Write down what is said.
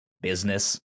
business